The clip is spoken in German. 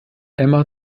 emma